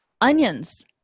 Onions